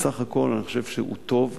בסך הכול אני חושב שהוא טוב.